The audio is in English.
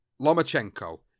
Lomachenko